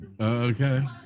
Okay